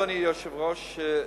אדוני היושב-ראש,